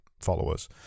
followers